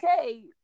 okay